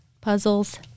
puzzles